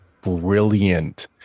brilliant